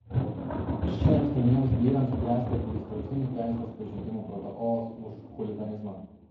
šiems jauniems vyrams gresia administracinių teisės pažeidimų protokolas už chuliganizmą